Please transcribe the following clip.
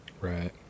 right